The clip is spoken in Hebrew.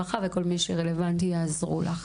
מי שרלוונטי מהמשרדים יעזרו לך.